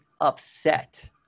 upset